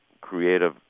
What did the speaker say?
creative